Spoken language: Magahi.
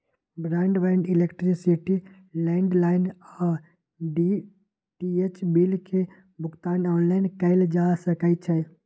ब्रॉडबैंड, इलेक्ट्रिसिटी, लैंडलाइन आऽ डी.टी.एच बिल के भुगतान ऑनलाइन कएल जा सकइ छै